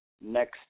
next